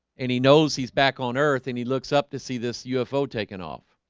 and he knows he's back on earth and he looks up to see this ufo taking off.